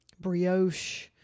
brioche